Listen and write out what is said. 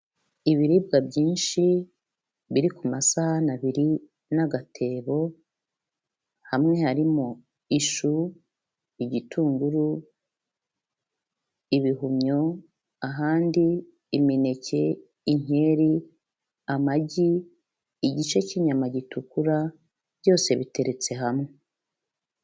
Ibiribwa byinshi biri ku masahani abiri n'agatebo, hamwe harimo ishu, igitunguru, ibihumyo, ahandi imineke, inkeri, amagi, igice cy'inyama gitukura, byose biteretse hamwe.